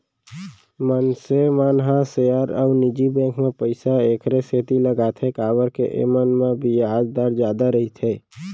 मनसे मन ह सेयर अउ निजी बेंक म पइसा एकरे सेती लगाथें काबर के एमन म बियाज दर जादा रइथे